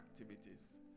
activities